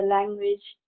Language